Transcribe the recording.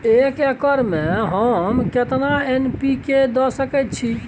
एक एकर खेत में हम केतना एन.पी.के द सकेत छी?